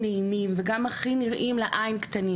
נעימים לעין וגם נראים הכי קטנים לעין,